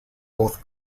both